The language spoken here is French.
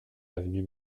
avenue